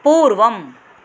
पूर्वम्